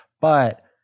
But-